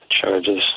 charges